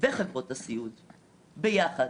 וחברות הסיעוד ביחד,